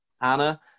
Anna